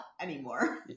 anymore